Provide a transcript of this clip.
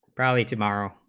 rally tomorrow